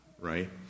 right